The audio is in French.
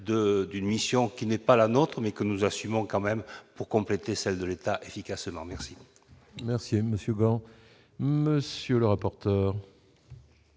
d'une mission qui n'est pas la nôtre, mais que nous assumons quand même pour compléter celle de l'État efficace non merci. Merci monsieur, monsieur le rapporteur.